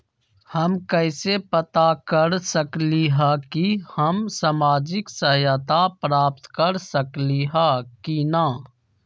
हम कैसे पता कर सकली ह की हम सामाजिक सहायता प्राप्त कर सकली ह की न?